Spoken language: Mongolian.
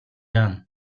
яана